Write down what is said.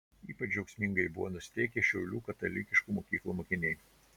ypač džiaugsmingai buvo nusiteikę šiaulių katalikiškų mokyklų mokiniai